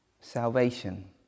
salvation